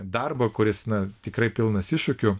darbo kuris na tikrai pilnas iššūkių